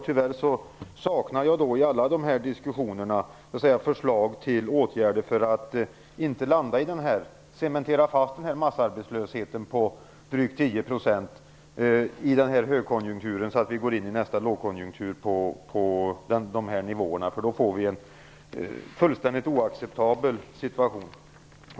Tyvärr saknar jag i alla dessa diskussioner förslag till åtgärder för att inte massarbetslösheten i denna högkonjunktur skall cementeras fast på drygt 10 % så att vi går in i nästa lågkonjunktur med samma höga nivå, för då blir situationen fullständigt oacceptabel.